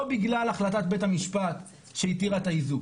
בגלל החלטת בית המשפט שהתירה את האיזוק.